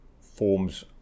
forms